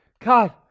God